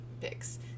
Picks